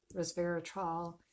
resveratrol